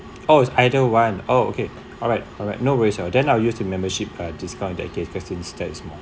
oh it's either one oh okay alright alright no worries then I'll use the membership uh discount in that case because that is more